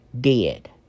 dead